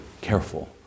careful